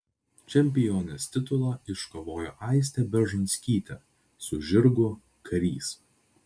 čempionės titulą iškovojo aistė beržonskytė su žirgu karys